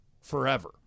forever